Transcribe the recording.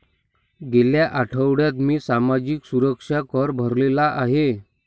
गेल्या आठवड्यात मी सामाजिक सुरक्षा कर भरलेला आहे